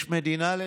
יש מדינה לנהל,